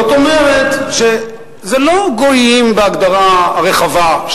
כלומר זה לא גויים בהגדרה הרחבה,